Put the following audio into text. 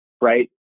right